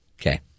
okay